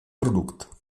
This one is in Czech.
produkt